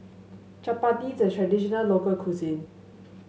chapati is a traditional local cuisine